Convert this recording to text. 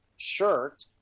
shirt